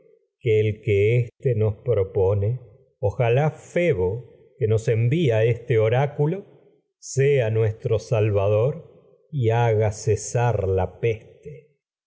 que éste que nos pone tro ojalá febo y envía este oráculo sea nues salvador haga cesar la peste